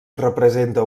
representa